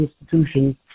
institutions